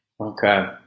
Okay